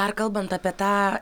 ar kalbant apie tą